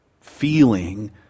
feeling